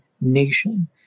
nation